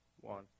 One